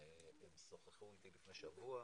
והם שוחחו איתי לפני שבוע,